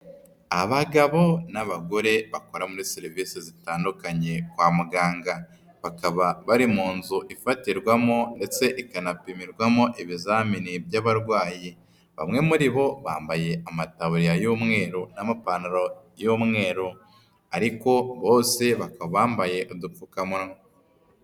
Abagabo n'abagore bakora muri serivisi zitandukanye kwa muganga, bakaba bari mu nzu ifatirwamo ndetse ikanapimirwamo ibizamini by'abarwayi, bamwe muri bo bambaye amataburiya y'umweru n'amapantaro y'umweru, ariko bose bakaba bambaye udupfukamunwa.